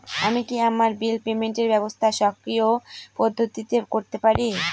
আমি কি আমার বিল পেমেন্টের ব্যবস্থা স্বকীয় পদ্ধতিতে করতে পারি?